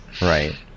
Right